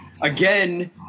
again